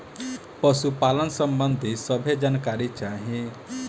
पशुपालन सबंधी सभे जानकारी चाही?